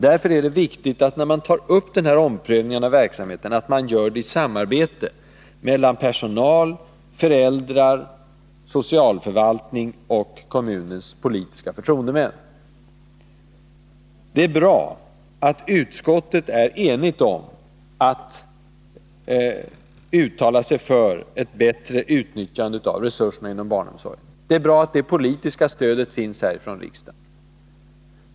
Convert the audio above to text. När man tar upp omprövningen av verksamheten är det därför viktigt att man gör det i samarbete mellan personal, föräldrar, socialförvaltning och kommunens politiska förtroendemän. Det är bra att utskottet är enigt om att uttala sig för ett bättre utnyttjande av resurserna inom barnomsorgen. Det är bra att det politiska stödet finns här ifrån riksdagen.